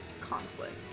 conflict